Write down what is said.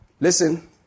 Listen